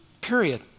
Period